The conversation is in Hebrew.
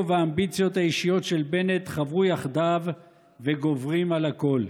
והאמביציות האישיות של בנט חברו יחדיו וגוברים על הכול.